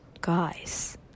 guys